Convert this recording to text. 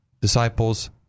disciples